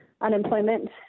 unemployment